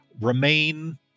remain